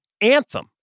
anthem